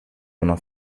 una